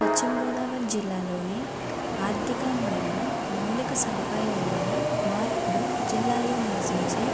పశ్చిమ గోదావరి జిల్లాలోని ఆర్థిక మరియు మౌలిక సదుపాయంలోని మార్పులు జిల్లాల్లో నివసించే